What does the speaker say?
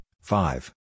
five